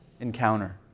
encounter